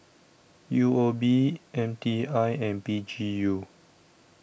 U O B M T I and P G U